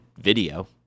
video